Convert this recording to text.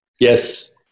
Yes